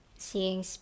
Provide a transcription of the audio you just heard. seeing